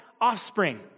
offspring